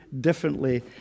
differently